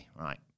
Right